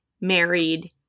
married